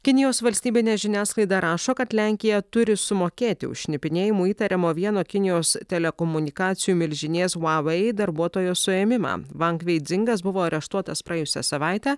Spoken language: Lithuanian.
kinijos valstybinė žiniasklaida rašo kad lenkija turi sumokėti už šnipinėjimu įtariamo vieno kinijos telekomunikacijų milžinės vuavai darbuotojo suėmimą vankvei dzingas buvo areštuotas praėjusią savaitę